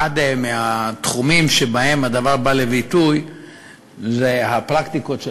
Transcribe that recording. אחד התחומים שבהם הדבר בא לביטוי זה הפרקטיקות של